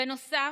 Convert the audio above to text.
בנוסף,